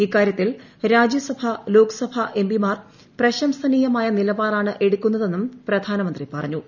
ഇക്കാര്യത്തിൽ രാജ്യസഭ ലോകസഭ എംപി മാർ പ്രശംസനീയമായ നിലപാടാണ് എടുക്കുന്നതെന്നും പ്രധാനമന്ത്രി പറഞ്ഞു